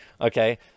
Okay